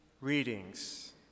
readings